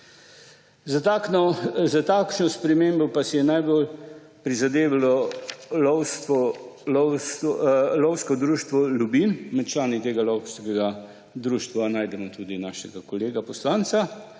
Za takšno spremembo pa si je najbolj prizadevalo lovsko društvo Ljubinj. Med člani tega lovskega društva najdemo tudi našega kolega poslanca.